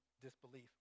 disbelief